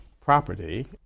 property